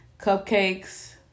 Cupcakes